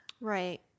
Right